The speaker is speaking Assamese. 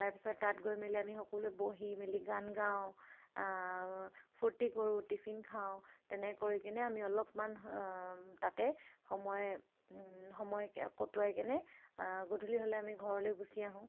তাৰপিছত তাত গৈ মেলি আমি সকলোৱে বহি মেলি গান গাওঁ ফূৰ্তি কৰোঁ টিফিন খাওঁ তেনেকৈ কৰি কিনে আমি অলপমান তাতে সময় সময় কে কটোৱাই কিনে গধূলি হ'লে আমি ঘৰলৈ গুচি আহোঁ